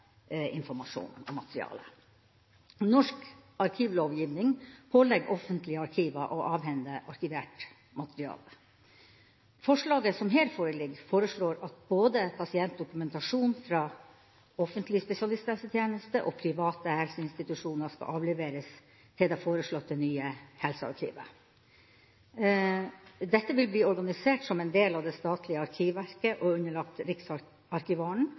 informasjon og materiale. Norsk arkivlovgivning pålegger offentlige arkiver å avhende arkivert materiale. Forslaget som her foreligger, går ut på at både pasientdokumentasjon fra offentlig spesialisthelsetjeneste og private helseinstitusjoner skal avleveres til det foreslåtte nye helsearkivet. Dette vil bli organisert som en del av det statlige Arkivverket og underlagt Riksarkivaren